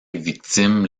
victime